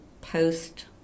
post